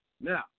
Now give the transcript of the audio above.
Now